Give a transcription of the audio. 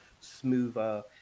smoother